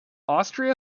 austria